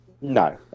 No